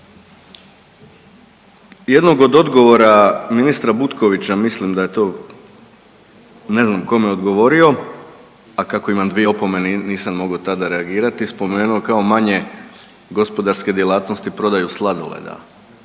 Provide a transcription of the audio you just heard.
jednog od odgovora ministra Butkovića mislim da je to, ne znam kome odgovorio, a kako imam dvije opomene i nisam mogao tada reagirati, spomenuo kao manje gospodarske djelatnosti prodaju sladoleda.